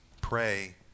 pray